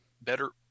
better